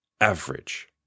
average